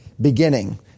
beginning